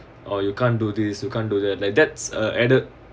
or you can't do this you can't do that like that's uh the